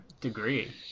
degree